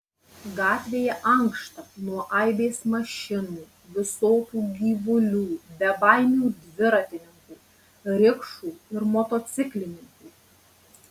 gatvėje ankšta nuo aibės mašinų visokių gyvulių bebaimių dviratininkų rikšų ir motociklininkų